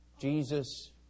Jesus